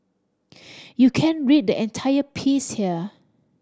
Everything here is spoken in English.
you can read the entire piece here